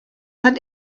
hat